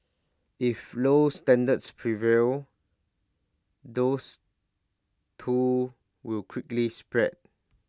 if low standards prevail those too will quickly spread